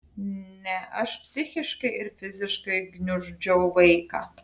ne aš psichiškai ir fiziškai gniuždžiau vaiką